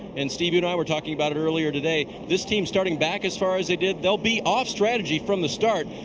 and steve, you and i were talking about it earlier today. this team starting back as far as they did, they'll be off strategy from the start.